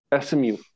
SMU